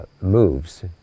moves